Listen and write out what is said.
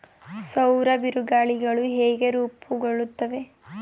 ಸೌರ ಬಿರುಗಾಳಿಗಳು ಹೇಗೆ ರೂಪುಗೊಳ್ಳುತ್ತವೆ?